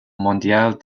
mondiale